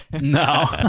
no